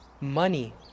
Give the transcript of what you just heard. money